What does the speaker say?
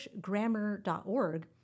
EnglishGrammar.org